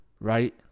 right